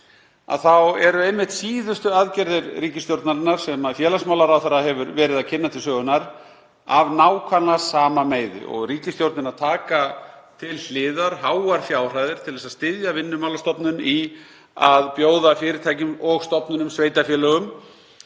þá eru einmitt síðustu aðgerðir ríkisstjórnarinnar, sem félagsmálaráðherra hefur verið að kynna til sögunnar, af nákvæmlega sama meiði. Ríkisstjórnin hefur tekið til hliðar háar fjárhæðir til að styðja Vinnumálastofnun í að bjóða fyrirtækjum og stofnunum, sveitarfélögum,